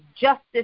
justice